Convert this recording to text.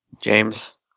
James